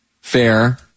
fair